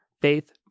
Faith